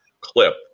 clip